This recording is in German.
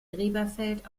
gräberfeld